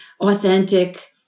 authentic